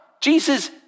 Jesus